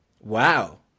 wow